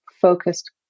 focused